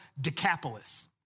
Decapolis